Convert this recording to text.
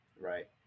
Right